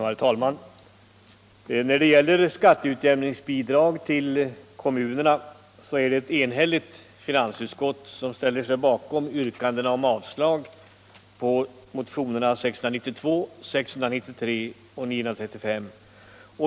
Herr talman! När det gäller skatteutjämningsbidrag till kommunerna är det ett enhälligt finansutskott som ställer sig bakom yrkandena om avslag på motionerna 692, 693 och 935.